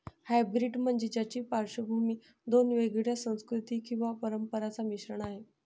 hybrid म्हणजे ज्याची पार्श्वभूमी दोन वेगवेगळ्या संस्कृती किंवा परंपरांचा मिश्रण आहे